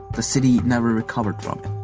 the city never recovered from it.